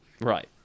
Right